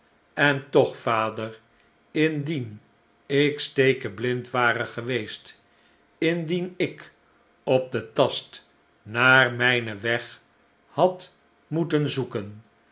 en toch vader indien ik stekeblind ware geweest indien ik op den tast naar mijn weg had moeten zoeken